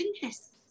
goodness